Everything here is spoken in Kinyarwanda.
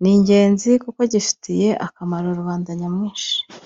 Ni ingenzi kuko gifitiye akamaro rubanda nyamwinshi.